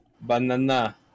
banana